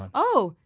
oh,